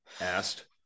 asked